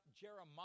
Jeremiah